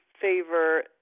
favor